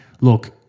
look